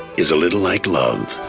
is a little like love.